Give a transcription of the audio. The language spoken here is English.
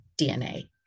DNA